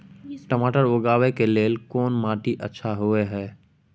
टमाटर उगाबै के लेल कोन माटी अच्छा होय है?